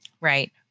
Right